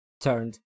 turned